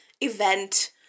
event